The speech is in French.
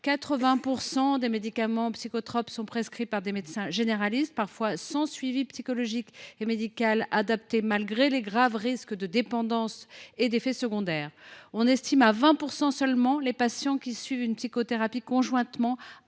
80 % de ces médicaments sont prescrits par des médecins généralistes, parfois sans suivi psychologique et médical adapté, malgré les graves risques de dépendance et d’effets secondaires. On estime que 20 % seulement des patients suivent une psychothérapie parallèlement